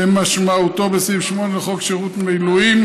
כמשמעותו בסעיף 8 לחוק שירות מילואים,